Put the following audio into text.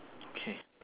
okay